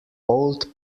old